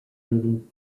leading